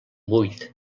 buit